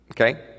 Okay